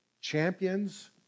Champions